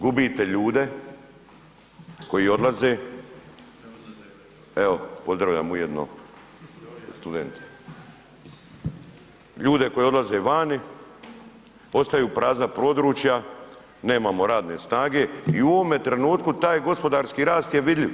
Gubite ljude koji odlaze, evo pozdravljam ujedno studente, ljude koji odlaze vani, ostaju prazna područja, nemamo radne snage i u ovome trenutku taj gospodarski rast je vidljiv.